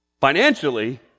Financially